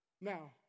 Now